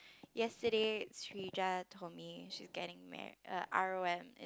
yesterday told me she's getting marr~ uh R_O_M